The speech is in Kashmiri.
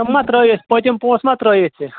تِم ما ترٛٲوِتھ پٔتِم پۅنٛسہٕ ما ترٛٲوِتھ ژےٚ